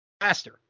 faster